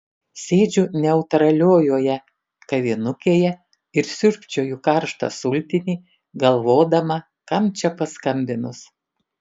sėdžiu neutraliojoje kavinukėje ir siurbčioju karštą sultinį galvodama kam čia paskambinus